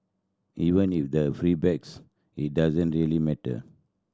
even if there's feedback it doesn't really matter